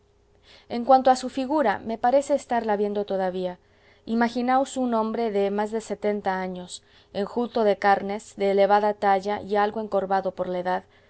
en cuanto a su figura me parece estarla viendo todavía imaginaos un hombre de más de setenta años enjuto de carnes de elevada talla y algo encorvado por la edad